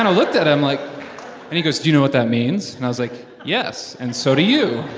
and looked at him like and he goes, do you know what that means? and i was like, yes, and so do you.